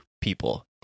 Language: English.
people